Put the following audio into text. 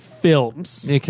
films